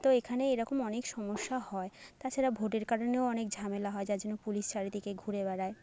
তো এখানে এরকম অনেক সমস্যা হয় তাছাড়া ভোটের কারণেও অনেক ঝামেলা হয় যার জন্য পুলিশ চারিদিকে ঘুরে বেড়ায়